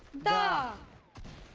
the